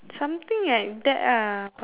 something like that lah but